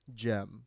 gem